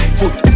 foot